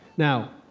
now,